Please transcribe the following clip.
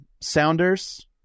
Sounders